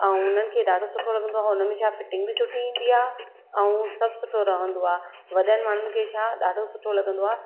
ऐं हुननि खे ॾाढो सुठो लॻंदो आहे हुन में छा फिटींग बि सुठी ईंदी आहे ऐं सभु सुठो रहंदो आहे वॾनि माण्हुनि खे छा ॾाढो सुठो लॻंदो आहे